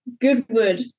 Goodwood